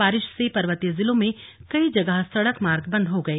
बारिश से पर्वतीय जिलों में कई जगह सड़क मार्ग बंद हो गए